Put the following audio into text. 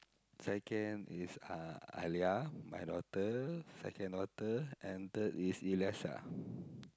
second is uh Alia my daughter second daughter and third is Elisa